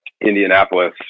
Indianapolis